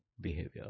behavior